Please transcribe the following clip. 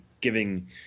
giving